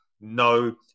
No